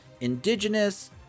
Indigenous